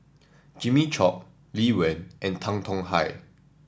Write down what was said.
Jimmy Chok Lee Wen and Tan Tong Hye